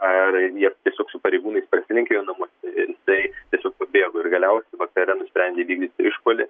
ar jie tiesiog su pareigūnais pasilenkė jo namuose tai tiesiog pabėgo ir galiausiai vakare nusprendė įvykdyti išpuolį